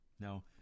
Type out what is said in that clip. Now